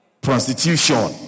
Prostitution